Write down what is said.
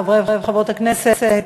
חברי וחברות הכנסת,